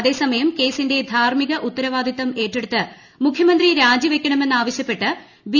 അതേസമയം കേസിന്റെ ധആര്ഡമിക ഉത്തരവാദിത്തം ് ഏറ്റെടുത്ത് മുഖ്യമമന്ത്രി രാജിവയ്ക്കണമെന്ന് ആവശ്യപ്പെട്ട് ബി